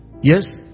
Yes